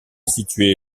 situé